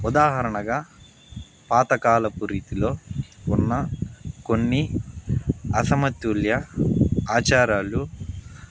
ఉదాహరణగా పాత కాలపు రీతిలో ఉన్న కొన్ని అసమతుల్య ఆచారాలు